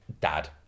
dad